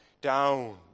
down